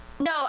no